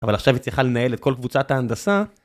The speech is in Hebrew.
אבל עכשיו היא צריכה לנהל את כל קבוצת ההנדסה,